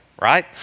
right